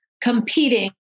competing